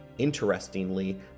Interestingly